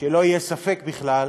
שלא יהיה ספק בכלל,